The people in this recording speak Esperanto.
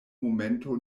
momento